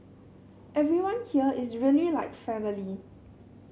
everyone here is really like family